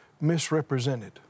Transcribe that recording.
misrepresented